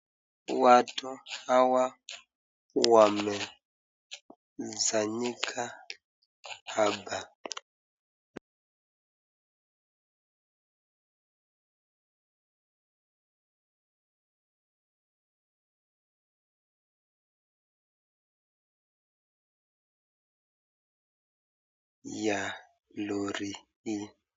Watu hawa wamesanyika hapa ya lori hii.